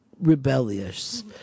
rebellious